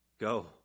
Go